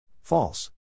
False